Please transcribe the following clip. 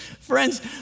Friends